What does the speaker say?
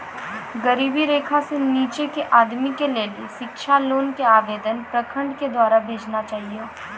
गरीबी रेखा से नीचे के आदमी के लेली शिक्षा लोन के आवेदन प्रखंड के द्वारा भेजना चाहियौ?